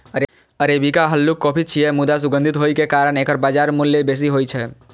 arabica हल्लुक coffee छियै, मुदा सुगंधित होइ के कारण एकर बाजार मूल्य बेसी होइ छै